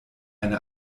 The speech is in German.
eine